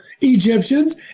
Egyptians